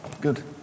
Good